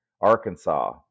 Arkansas